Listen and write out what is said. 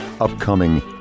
upcoming